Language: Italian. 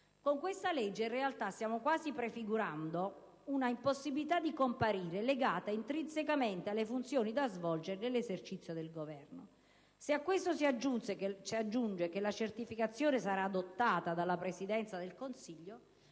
Con questa legge, in realtà, stiamo quasi prefigurando una impossibilità a comparire legata intrinsecamente alle funzioni da svolgere nell'esercizio del governo. Se a questo si aggiunge che la certificazione dell'impedimento viene adottata dalla Presidenza del Consiglio